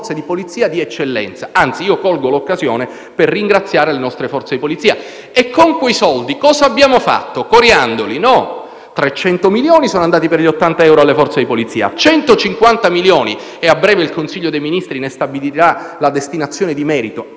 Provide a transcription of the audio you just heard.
Con quei soldi abbiamo fatto coriandoli? No: 300 milioni sono andati per gli 80 euro alle forze di polizia; 150 milioni - a breve il Consiglio dei ministri ne stabilirà la destinazione di merito